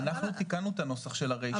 אנחנו תיקנו את הנוסח של הרישה.